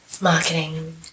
marketing